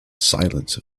silence